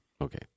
Okay